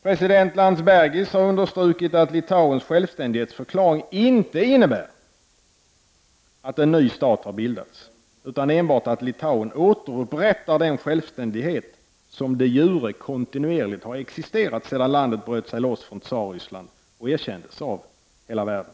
President Landsbergis har understrukit att Litauens självständighetsförklaring inte innebär att en ny stat har bildats, utan enbart att Litauen återupprättar den självständighet som de jure kontinuerligt har existerat sedan landet bröt sig loss från Tsarryssland och erkändes av hela världen.